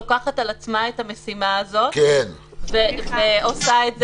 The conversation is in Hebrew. לוקחת על עצמה את המשימה הזאת ועושה את זה.